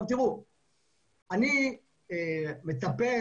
אני מצפה,